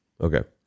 Okay